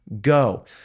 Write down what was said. Go